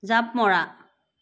জাঁপ মৰা